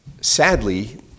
Sadly